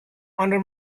under